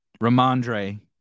Ramondre